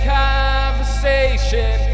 conversation